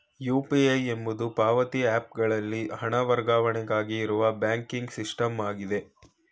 UPI ಎಂಬುದು ಪಾವತಿ app ಗಳಲ್ಲಿ ಹಣ ವರ್ಗಾವಣೆಗಾಗಿ ಇರುವ ಬ್ಯಾಂಕಿಂಗ್ ಸಿಸ್ಟಮ್ ಆಗಿದೆ